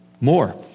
More